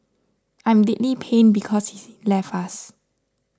I'm deeply pained because he's left us